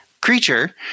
creature